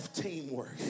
teamwork